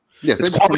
yes